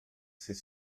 sait